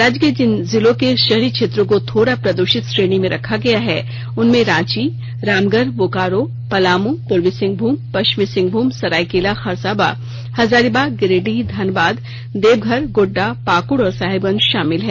राज्य के जिन जिलों के शहरी क्षेत्रों को थोड़ा प्रदूषित श्रेणी में रखा गया है उनमें रांची रामगढ़ बोकारो पलामू पूर्वी सिंहभूम पष्चिमी सिंहभूम सरायकेला खरसावां हजारीबाग गिरिडीह धनबाद देवघर गोड्डा पाकुड़ और साहेबगंज शामिल है